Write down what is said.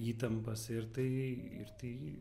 įtampas ir tai ir tai